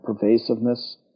pervasiveness